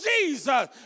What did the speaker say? Jesus